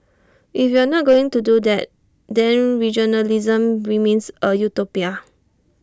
if we are not going to do that then regionalism remains A utopia